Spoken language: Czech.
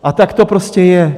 A tak to prostě je.